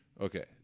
Okay